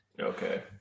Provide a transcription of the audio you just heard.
Okay